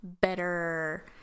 better